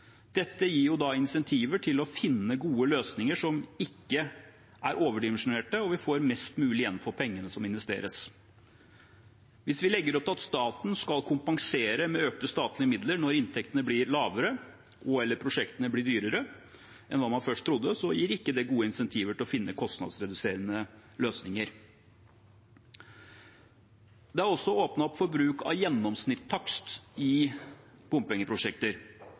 Dette gir da incentiver til å finne gode løsninger som ikke er overdimensjonerte, og vi får mest mulig igjen for pengene som investeres. Hvis vi legger opp til at staten skal kompensere med økte statlige midler når inntektene blir lavere og/eller prosjektene blir dyrere enn hva man først trodde, gir ikke det gode incentiver til å finne kostnadsreduserende løsninger. Det er også åpnet opp for bruk av gjennomsnittstakst i bompengeprosjekter.